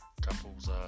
Couples